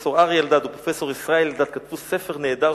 פרופסור אריה אלדד ופרופסור ישראל אלדד כתבו ספר נהדר,